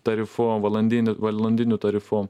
tarifu valandinį valandiniu tarifu